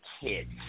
kids